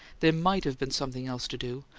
there might have been something else to do!